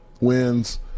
wins